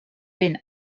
ben